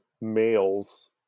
males